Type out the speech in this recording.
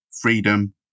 freedom